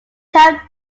have